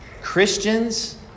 Christians